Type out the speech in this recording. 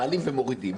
ומעלים ומורידים,